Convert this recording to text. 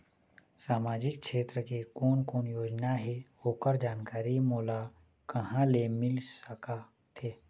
सामाजिक क्षेत्र के कोन कोन योजना हे ओकर जानकारी मोला कहा ले मिल सका थे?